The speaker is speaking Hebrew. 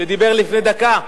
שדיבר לפני דקה,